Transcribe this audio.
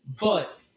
But-